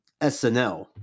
SNL